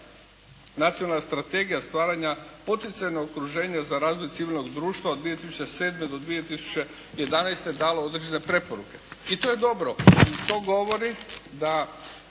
Nacionalna strategija stvaranja poticajnog okruženja za razvoj civilnog društva od 2007. do 2011. dalo određene preporuke. I to je dobro i to govori da